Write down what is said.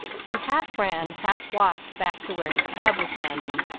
he half ran, half walked back to where his cab was standing,